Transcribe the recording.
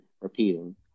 repeating